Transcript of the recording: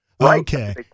Okay